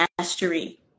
mastery